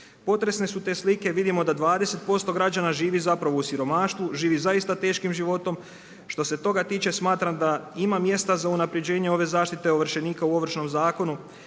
Potresne su te slike. Vidimo da 20% građana živi zapravo u siromaštvu, živi zaista teškim životom. Što se toga tiče smatram da ima mjesta za unapređenje ove zaštite ovršenika u Ovršnom zakonu,